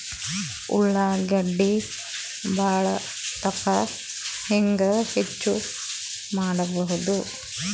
ಉಳ್ಳಾಗಡ್ಡಿ ಬಾಳಥಕಾ ಹೆಂಗ ಹೆಚ್ಚು ಮಾಡಬಹುದು?